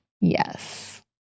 Yes